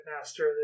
master